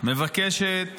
מבקשת